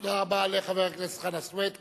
תודה רבה לחבר הכנסת חנא סוייד.